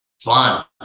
fun